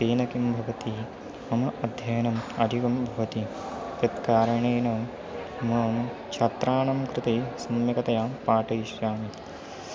तेन किं भवति मम अध्ययनम् अधिकं भवति तत् कारणेन मां छात्राणां कृते सम्यक्तया पाठयिष्यामि